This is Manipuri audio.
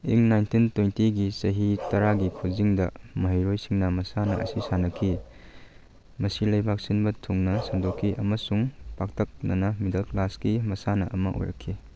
ꯏꯪ ꯅꯥꯏꯟꯇꯤꯟ ꯇ꯭ꯋꯦꯟꯇꯤꯒꯤ ꯆꯍꯤ ꯇꯔꯥꯒꯤ ꯈꯨꯖꯤꯡꯗ ꯃꯍꯩꯔꯣꯏꯁꯤꯡꯅ ꯃꯁꯥꯟꯅ ꯑꯁꯤ ꯁꯥꯟꯅꯈꯤ ꯃꯁꯤ ꯂꯩꯕꯥꯛ ꯁꯤꯟꯕ ꯊꯨꯡꯅ ꯁꯟꯗꯣꯛꯈꯤ ꯑꯃꯁꯨꯡ ꯄꯥꯛꯇꯛꯅꯅ ꯃꯤꯗꯜ ꯀ꯭ꯂꯥꯁꯀꯤ ꯃꯁꯥꯟꯅ ꯑꯃ ꯑꯣꯏꯔꯛꯈꯤ